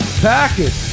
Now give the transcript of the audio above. Package